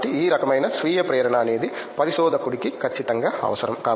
కాబట్టి ఆ రకమైన స్వీయ ప్రేరణ అనేది పరిశోధకుడికి ఖచ్చితంగా అవసరం